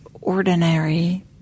ordinary